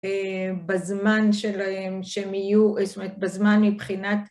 בזמן שלהם, שהם יהיו, בזמן מבחינת